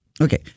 Okay